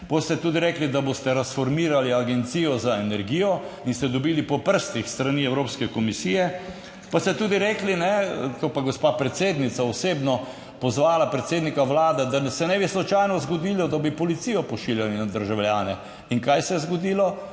ste tudi rekli, da boste razformirali Agencijo za energijo in ste dobili po prstih s strani Evropske komisije, pa ste tudi rekli, kajne, to je pa gospa predsednica osebno pozvala predsednika Vlade, da se ne bi slučajno zgodilo, da bi policijo pošiljali na državljane in kaj se je zgodilo?